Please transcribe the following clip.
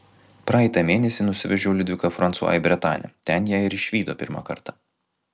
praeitą mėnesį nusivežiau liudviką fransua į bretanę ten ją ir išvydo pirmą kartą